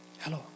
Hello